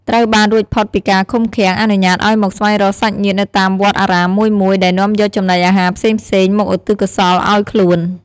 ត្រូវបានរួចផុតពីការឃុំឃាំង អនុញ្ញាតឲ្យមកស្វែងរកសាច់ញាតិនៅតាមវត្តអារាមមួយៗ ដែលនាំយកចំណីអាហារផ្សេងៗ មកឧទ្ទិសកុសលឲ្យខ្លួន។